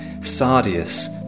sardius